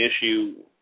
issue